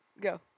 Go